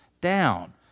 down